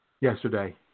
yesterday